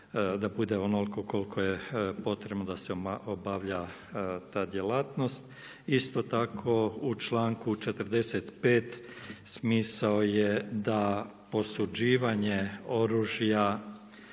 da bude onoliko koliko je potrebno da se obavlja ta djelatnost. Isto tako u članku 45. smisao je da posuđivanje oružja